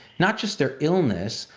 not just their illness,